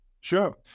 sure